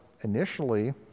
initially